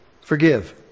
forgive